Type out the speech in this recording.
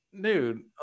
Dude